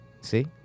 See